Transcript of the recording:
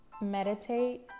Meditate